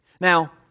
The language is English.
Now